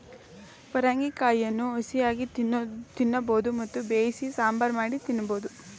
ಪರಂಗಿ ಕಾಯಿಯನ್ನು ಹಸಿಯಾಗಿ ತಿನ್ನಬೋದು ಮತ್ತು ಬೇಯಿಸಿ ಸಾಂಬಾರ್ ಮಾಡಿ ತಿನ್ನಬೋದು